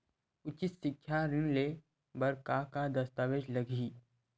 उच्च सिक्छा ऋण ले बर का का दस्तावेज लगही?